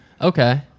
Okay